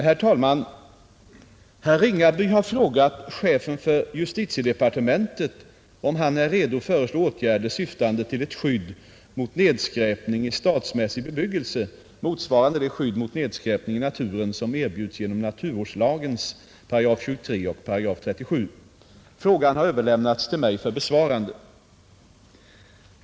Herr talman! Herr Ringaby har frågat chefen för justitiedepartementet om han är redo föreslå åtgärder syftande till ett skydd mot nedskräpning i stadsmässig bebyggelse motsvarande det skydd mot nedskräpning i naturen som erbjuds genom naturvårdslagens § 23 och § 37. Frågan har överlämnats till mig för besvarande.